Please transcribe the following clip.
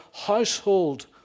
household